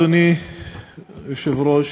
אדוני היושב-ראש,